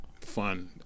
fun